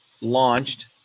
launched